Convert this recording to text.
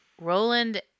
Roland